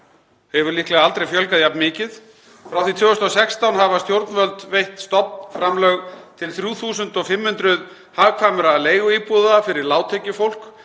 hefur líklega aldrei fjölgað jafn mikið. Frá því 2016 hafa stjórnvöld veitt stofnframlög til 3.500 hagkvæmra leiguíbúða fyrir lágtekjufólk.